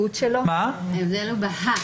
ההבדל הוא ב-"ה-".